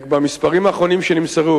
במספרים האחרונים שנמסרו,